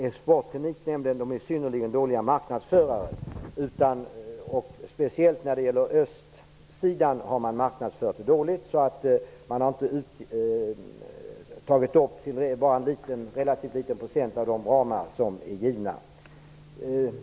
Exportkreditnämnden är en synnerligen dålig marknadsförare, särskilt i fråga om östsidan. Man har bara tagit upp en relatavt liten procent av de ramar som är givna.